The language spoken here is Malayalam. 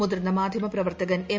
മുതിർന്ന മാധ്യമ പ്രവർത്തകൻ എം